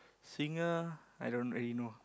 singer I don't really know